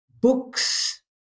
books